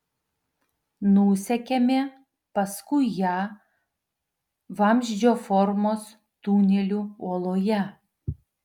nusekėme paskui ją vamzdžio formos tuneliu uoloje